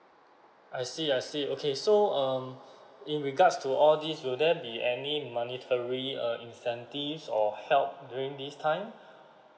I see I see okay so um in regards to all these will there be any monetary uh incentives or help during this time